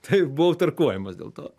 taip buvau tarkuojamas dėl to